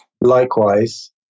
likewise